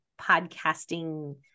podcasting